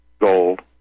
gold